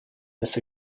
this